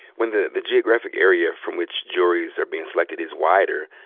when the the geographic area from which juries are being selected is wider,